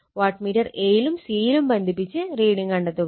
what meter a യിലും c യിലും ബന്ധിപ്പിച്ച് റീഡിങ് കണ്ടെത്തുക